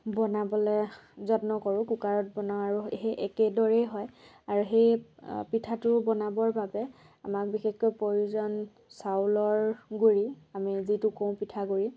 বনাবলে যত্ন কৰোঁ কুকাৰত বনাওঁ আৰু সেই একেদৰেই হয় আৰু সেই পিঠাটো বনাবৰ বাবে আমাক বিশেষকৈ প্ৰয়োজন চাউলৰ গুড়ি আমি যিটো কওঁ পিঠাগুড়ি